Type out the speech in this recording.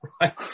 right